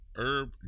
Herb